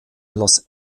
los